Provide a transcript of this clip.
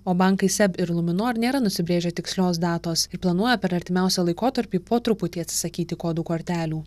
o bankai seb ir luminor nėra nusibrėžę tikslios datos ir planuoja per artimiausią laikotarpį po truputį atsisakyti kodų kortelių